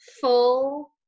full